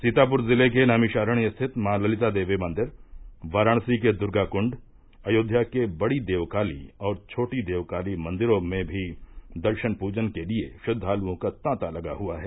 सीताप्र जिले के नैमिषारण्य स्थित माँ ललिता देवी मंदिर वाराणसी के दुर्गाकुण्ड अयोध्या के बड़ी देव काली और छोटी देव काली मंदिरों में भी दर्शन पूजन के लिये श्रद्वालुओं का तांता लगा हुआ है